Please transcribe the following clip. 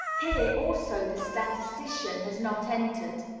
here also the statistician has not entered.